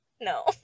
No